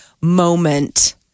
moment